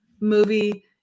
movie